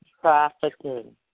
trafficking